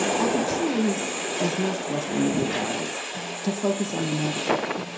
i could choose as most western media does to focus on the negative,